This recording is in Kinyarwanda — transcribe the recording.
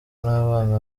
n’abana